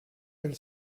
elle